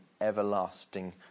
everlasting